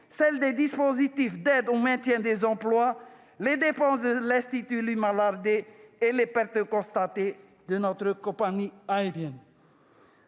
relatives aux dispositifs d'aide au maintien des emplois, ou encore les dépenses de l'Institut Louis-Malardé et les pertes constatées de notre compagnie aérienne.